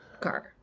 car